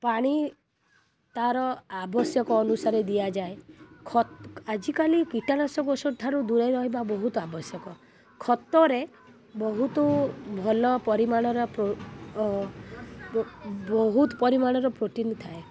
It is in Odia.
ପାଣି ତାର ଆବଶ୍ୟକ ଅନୁସାରରେ ଦିଆଯାଏ ଆଜିକାଲି କୀଟନାଶକ ଔଷଧ ଠାରୁ ଦୂରେଇ ରହିବା ବହୁତ ଆବଶ୍ୟକ ଖତରେ ବହୁତ ଭଲ ପରିମାଣର ବହୁତ ପରିମାଣର ପ୍ରୋଟିନ୍ ଥାଏ